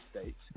States